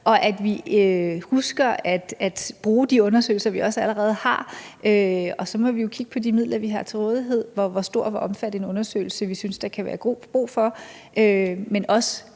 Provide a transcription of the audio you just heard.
og at vi husker at bruge de undersøgelser, vi allerede har. Og så må vi jo kigge på de midler, vi har til rådighed, i forhold til hvor stor og omfattende en undersøgelse vi synes der kan være brug for. Men jeg